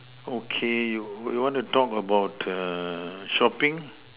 okay you you want to talk about shopping